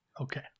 Okay